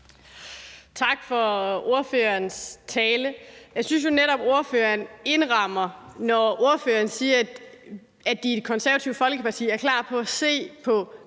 Tak for ordførerens tale. Jeg synes jo netop, ordføreren indrammer det, når ordføreren siger, at Det Konservative Folkeparti er klar på at se på